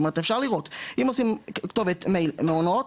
אם עושים כתובת מייל: מעונות.